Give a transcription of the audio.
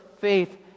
faith